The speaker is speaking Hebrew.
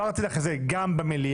הבהרתי לך את זה גם במליאה,